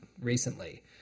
recently